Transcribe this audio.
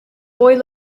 boy